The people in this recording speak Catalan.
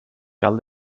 cal